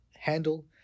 Handle